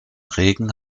regen